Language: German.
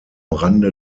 rande